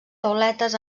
tauletes